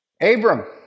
Abram